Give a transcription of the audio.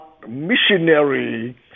missionary